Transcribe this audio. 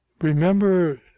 Remember